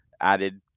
added